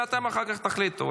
ואתם אחר כך תחליטו,